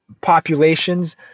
populations